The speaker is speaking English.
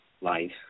life